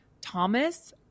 Thomas